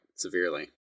severely